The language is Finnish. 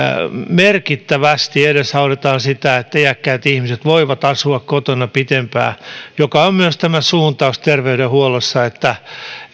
merkittävästi edesautetaan sitä että iäkkäät ihmiset voivat asua kotona pitempään mikä on myös tämä suuntaus terveydenhuollossa että